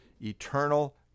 eternal